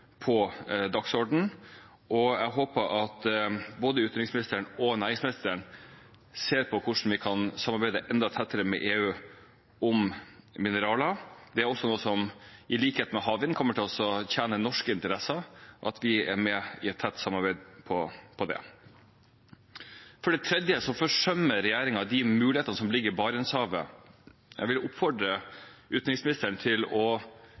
på dagsordenen. Jeg håper at både utenriksministeren og næringsministeren ser på hvordan vi kan samarbeide enda tettere med EU om mineraler. Det er også noe som, i likhet med havvind, kommer til å tjene norske interesser, at vi er med i et tett samarbeid om det. For det tredje forsømmer regjeringen de mulighetene som ligger i Barentshavet. Jeg vil oppfordre utenriksministeren til å